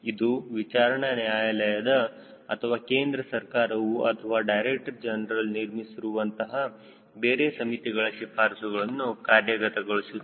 ಇದು ವಿಚಾರಣಾ ನ್ಯಾಯಾಲಯದ ಅಥವಾ ಕೇಂದ್ರ ಸರ್ಕಾರವು ಅಥವಾ ಡೈರೆಕ್ಟರ್ ಜನರಲ್ ನಿರ್ಮಿಸಿರುವ ಅಂತಹ ಬೇರೆ ಸಮಿತಿಗಳ ಶಿಫಾರಸುಗಳನ್ನು ಕಾರ್ಯಗತಗೊಳಿಸುತ್ತದೆ